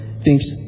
thinks